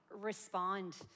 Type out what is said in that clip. respond